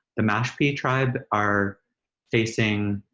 the mashpee tribe are facing,